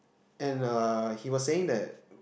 and uh he was saying that